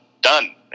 done